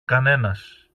κανένας